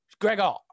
Gregor